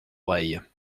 oreille